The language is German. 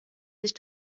sich